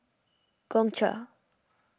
Gongcha